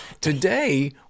Today